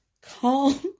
calm